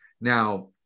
Now